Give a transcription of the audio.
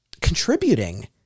contributing